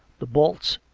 the bolts,